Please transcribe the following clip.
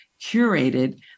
curated